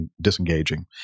disengaging